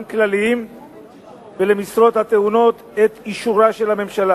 כלליים ולמשרות הטעונות את אישורה של הממשלה.